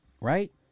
Right